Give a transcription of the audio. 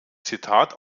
zitat